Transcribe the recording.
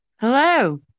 Hello